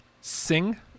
Sing